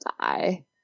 die